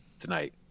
tonight